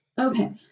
Okay